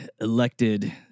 elected